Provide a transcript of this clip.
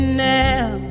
now